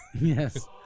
Yes